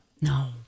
No